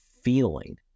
feeling